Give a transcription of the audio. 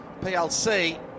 PLC